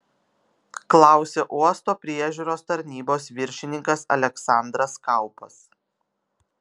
klausė uosto priežiūros tarnybos viršininkas aleksandras kaupas